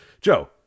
Joe